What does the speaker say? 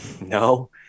no